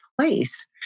place